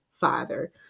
father